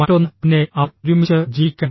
മറ്റൊന്ന് പിന്നെ അവർ ഒരുമിച്ച് ജീവിക്കണം